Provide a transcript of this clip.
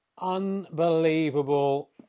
Unbelievable